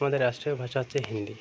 আমাদের রাষ্ট্রীয় ভাষা হচ্ছে হিন্দি